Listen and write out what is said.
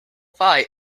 pie